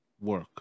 work